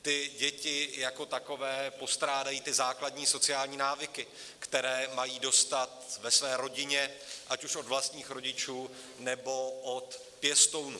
Ty děti jako takové postrádají základní sociální návyky, které mají dostat ve své rodině, ať už od vlastních rodičů, nebo od pěstounů.